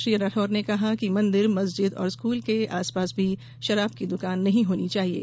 श्री राठौर ने कहा कि मंदिर मस्जिद और स्कूल के आसपास भी शराब की दुकान नहीं होना चाहिये